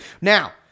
Now